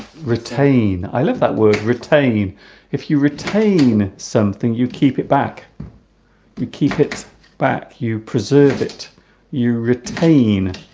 retain i love that word retain if you retain something you keep it back you keep it back you preserve it you retain